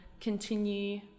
continue